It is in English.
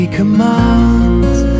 commands